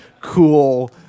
cool